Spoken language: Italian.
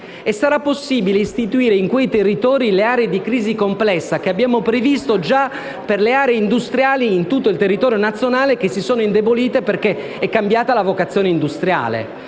Sarà possibile istituire in quei territori le aree di crisi complessa che abbiamo previsto già per le aree industriali in tutto il territorio nazionale, aree che si sono indebolite perché è cambiata la vocazione industriale.